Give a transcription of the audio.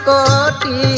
Koti